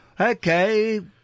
okay